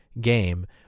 game